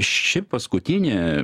ši paskutinė